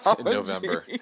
November